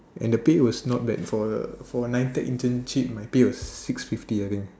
and the pay was not bad for a for a N_I_T_E_C internship my pay was six fifty I think